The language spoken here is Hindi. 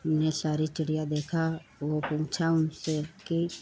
इने सारी चिड़िया देखा वह पूछा उनसे कि